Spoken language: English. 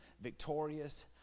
victorious